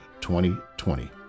2020